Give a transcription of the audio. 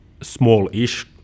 small-ish